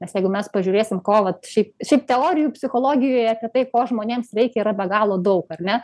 nes jeigu mes pažiūrėsim ko vat šiaip šiaip teorijų psichologijoje kad tai ko žmonėms reikia yra be galo daug ar ne